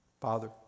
Father